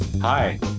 Hi